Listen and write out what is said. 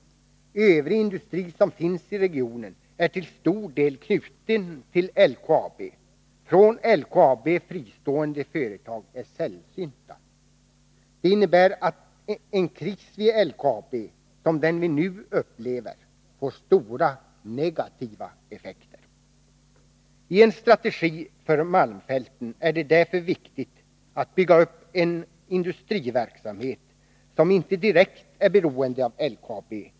Övrig industri som finns i regionen är till stor del knuten till LKAB. Från LKAB fristående företag är sällsynta. Det innebär att en kris vid LKAB, som den vi nu upplever, får stora negativa effekter. I en strategi för malmfälten är det därför viktigt att bygga upp en industriverksamhet som inte direkt är beroende av LKAB.